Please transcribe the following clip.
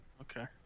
Okay